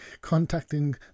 contacting